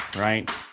right